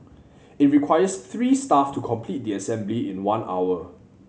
it requires three staff to complete the assembly in one hour